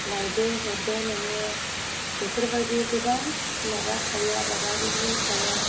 लायदो हरदो नोङो बेफोरबायदि गोबां माबा थायो आबादारिनि सायाव